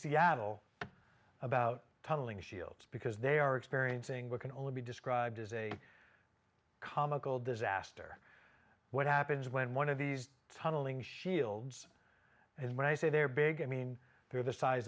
seattle about tunneling shields because they are experiencing what can only be described as a comical disaster what happens when one of these tunneling shields and when i say they're big and mean they're the size